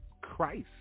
Christ